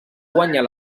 guanyar